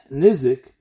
nizik